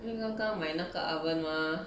因为刚刚买那个 oven mah